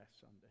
Sunday